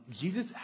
Jesus